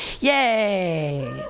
Yay